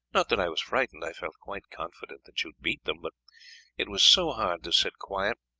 not that i was frightened, i felt quite confident that you would beat them, but it was so hard to sit quiet.